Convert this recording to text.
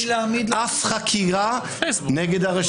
אף חקירה נגד הרשתות החברתיות.